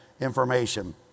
information